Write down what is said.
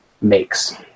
makes